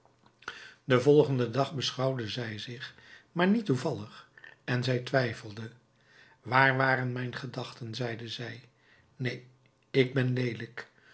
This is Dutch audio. den volgenden dag beschouwde zij zich maar niet toevallig en zij twijfelde waar waren mijn gedachten zeide zij neen ik ben leelijk